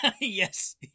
Yes